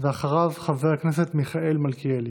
אחריו, חבר הכנסת מיכאל מלכיאלי.